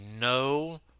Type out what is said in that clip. no